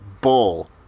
Bull